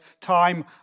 time